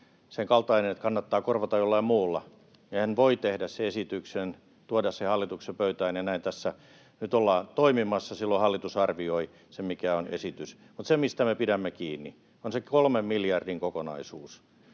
senkaltainen, että kannattaa korvata jollain muulla, niin he voivat tehdä sen esityksen, tuoda sen hallituksen pöytään, ja näin tässä nyt ollaan toimimassa. Silloin hallitus arvioi sen, mikä on esitys. Mutta se, mistä me pidämme kiinni, on se kolmen miljardin kokonaisuus.